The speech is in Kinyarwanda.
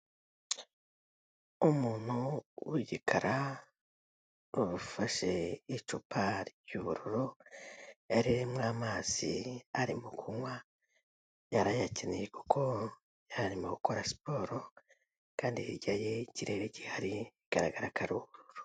Umuntu w'igikara bafashe icupa ry'ubururu, ririmo amazi arimo kunywa yarayakeneye kuko hari arimo gukora siporo kandi hirya ye ikirere gihari bigaragara ko ari ubururu.